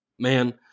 Man